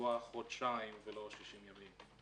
ולקבוע חודשיים ולא 60 ימים.